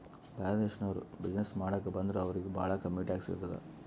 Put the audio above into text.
ಬ್ಯಾರೆ ದೇಶನವ್ರು ಬಿಸಿನ್ನೆಸ್ ಮಾಡಾಕ ಬಂದುರ್ ಅವ್ರಿಗ ಭಾಳ ಕಮ್ಮಿ ಟ್ಯಾಕ್ಸ್ ಇರ್ತುದ್